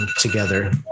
together